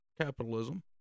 capitalism